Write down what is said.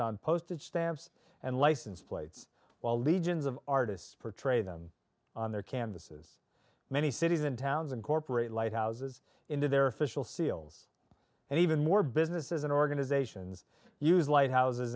blazoned on postage stamps and license plates while legions of artists portray them on their campuses many cities and towns incorporate lighthouses into their official seals and even more businesses and organizations use lighthouses